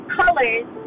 colors